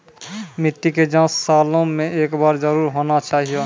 मिट्टी के जाँच सालों मे एक बार जरूर होना चाहियो?